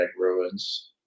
ruins